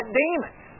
demons